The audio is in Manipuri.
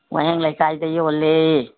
ꯋꯥꯍꯦꯡ ꯂꯩꯀꯥꯏꯗ ꯌꯣꯜꯂꯦ